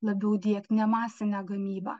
labiau diegt ne masinę gamybą